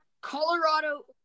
Colorado